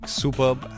superb